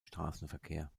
straßenverkehr